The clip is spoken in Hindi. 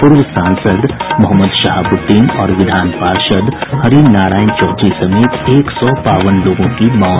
पूर्व सांसद मोहम्मद शहाबुद्दीन और विधान पार्षद हरिनारायण चौधरी समेत एक सौ बावन लोगों की मौत